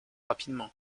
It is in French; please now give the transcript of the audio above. rapidement